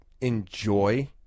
enjoy